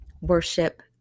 worship